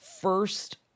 first